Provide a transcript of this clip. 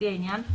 לפי העניין,